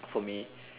for me